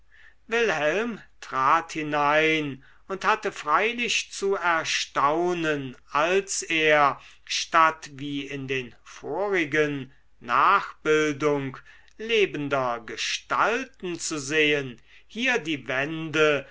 wilhelm trat hinein und hatte freilich zu erstaunen als er statt wie in den vorigen nachbildung lebender gestalten zu sehen hier die wände